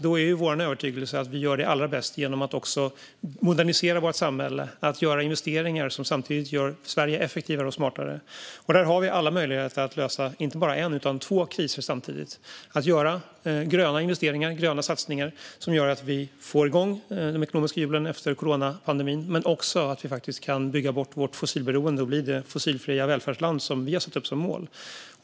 Då är vår övertygelse att vi gör det allra bäst genom att också modernisera vårt samhälle och göra investeringar som samtidigt gör Sverige effektivare och smartare. Där har vi alla möjligheter att lösa inte bara en kris utan två kriser samtidigt. Vi kan göra gröna investeringar och gröna satsningar som gör att vi får igång de ekonomiska hjulen efter coronapandemin och att vi också bygger bort vårt fossilberoende och blir det fossilfria välfärdsland som vi har satt upp som mål.